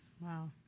Wow